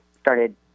started